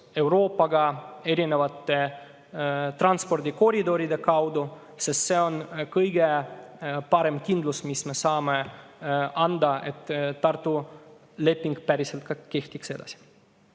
Euroopaga erinevate transpordikoridoride kaudu, sest see on kõige parem kindlus, mis me saame anda, et Tartu leping edaspidi ka päriselt